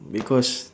because